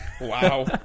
Wow